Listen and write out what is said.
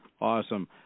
Awesome